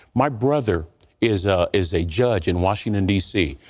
my brother is ah is a judge in washington, d c.